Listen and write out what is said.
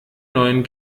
neun